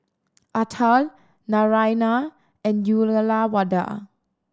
Atal Naraina and Uyyalawada